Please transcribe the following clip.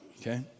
Okay